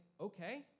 okay